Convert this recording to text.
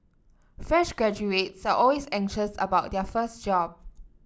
fresh graduates are always anxious about their first job